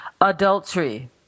adultery